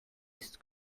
ist